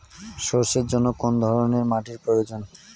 সরষের জন্য কোন ধরনের মাটির প্রয়োজন?